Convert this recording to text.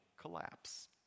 collapse